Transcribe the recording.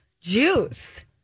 Juice